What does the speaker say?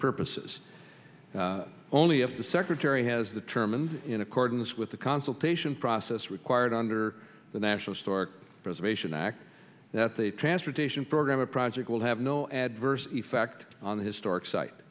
purposes only if the secretary has the term and in accordance with the consultation process required under the national stork preservation act that the transportation program a project will have no adverse effect on the historic site